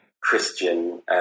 Christian